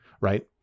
right